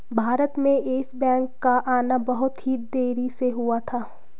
भारत में Yes Bank का आना बहुत ही देरी से हुआ था